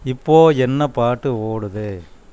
இப்போ என்ன பாட்டு ஓடுது